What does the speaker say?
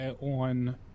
on